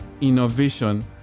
innovation